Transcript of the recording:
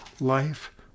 life